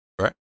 Right